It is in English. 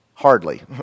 hardly